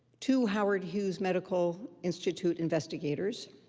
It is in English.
two howard hughes medical institute investigators,